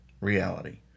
reality